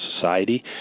society